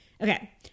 Okay